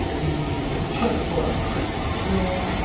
we need to check all our viruses are there,